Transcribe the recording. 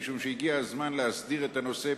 משום שהגיע הזמן להסדיר את הנושא,